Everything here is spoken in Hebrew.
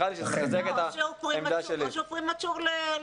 או שהוא טרם מוכן לדיון.